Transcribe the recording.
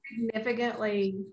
Significantly